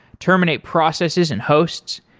terminate processes and hosts.